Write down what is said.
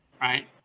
right